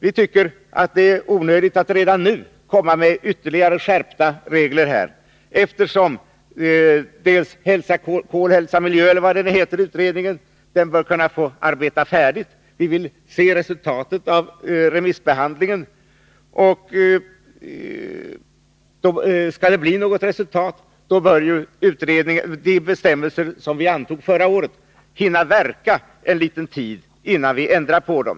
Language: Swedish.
Vi tycker att det är onödigt att redan nu komma med förslag om ytterligare skärpta regler här, eftersom man i fråga om projektet Kol-Hälsa-Miljö bör få arbeta färdigt. Vi vill se resultatet av remissbehandlingen. Skall det bli något resultat, bör de bestämmelser som vi antog förra året hinna verka en tid innan vi ändrar på dem.